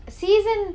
season